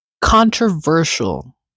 Controversial